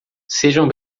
sejam